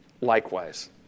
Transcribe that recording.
likewise